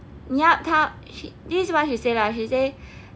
你要看 this is what she say lah she say